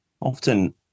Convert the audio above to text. Often